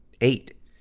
Eight